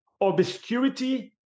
Obscurity